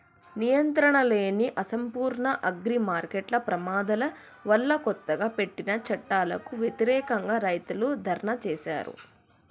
నియంత్రణలేని, అసంపూర్ణ అగ్రిమార్కెట్ల ప్రమాదాల వల్లకొత్తగా పెట్టిన చట్టాలకు వ్యతిరేకంగా, రైతులు ధర్నా చేశారు